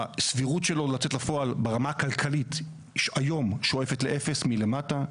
הסבירות שלו לצאת לפועל ברמה הכלכלית היום שואפת לאפס מלמטה.